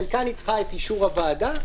חלקן היא צריכה את אישור הוועדה.